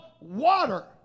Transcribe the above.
water